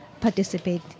participate